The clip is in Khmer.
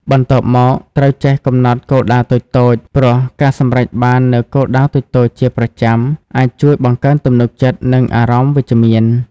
បន្ទាប់មកត្រូវចេះកំណត់គោលដៅតូចៗ ព្រោះការសម្រេចបាននូវគោលដៅតូចៗជាប្រចាំ អាចជួយបង្កើនទំនុកចិត្ត និងអារម្មណ៍វិជ្ជមាន។